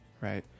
Right